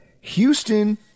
Houston